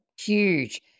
Huge